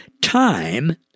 time